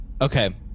Okay